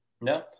no